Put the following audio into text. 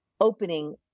opening